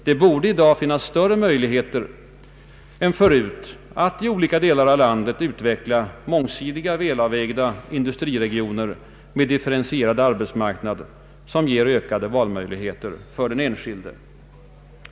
Det borde i dag finnas större möjligheter än förut att i olika delar av landet utveckla mångsidiga, välavvägda industriregioner med differentierad arbetsmarknad som ger ökade valmöjligheter för den enskilde.